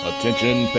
Attention